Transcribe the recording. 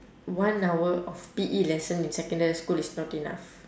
one hour of P_E lesson in secondary school is not enough